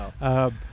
No